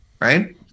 right